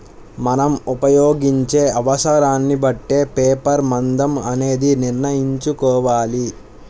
మనం ఉపయోగించే అవసరాన్ని బట్టే పేపర్ మందం అనేది నిర్ణయించుకోవాలి